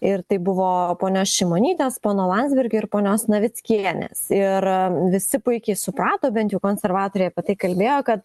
ir tai buvo ponios šimonytės pono landsbergio ir ponios navickienės ir visi puikiai suprato bent jau konservatoriai apie tai kalbėjo kad